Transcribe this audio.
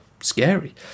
scary